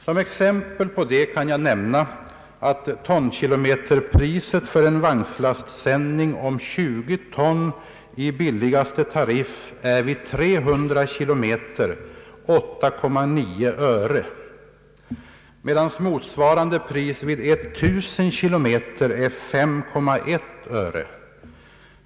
Som exempel kan jag nämna att tonkilometerpriset för en vagnslastsändning om 20 ton i billigaste tariff är vid 300 kilometer 8,9 öre, medan motsvarande pris vid 1000 kilometer är 5,1 öre.